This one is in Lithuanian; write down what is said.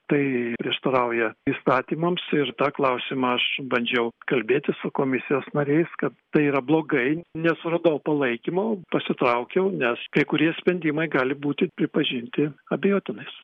tai prieštarauja įstatymams ir tą klausimą aš bandžiau kalbėtis su komisijos nariais kad tai yra blogai nesuradau palaikymo pasitraukiau nes kai kurie sprendimai gali būti pripažinti abejotinais